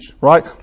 right